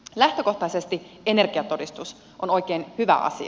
lähtökohtaisesti energiatodistus on oikein hyvä asia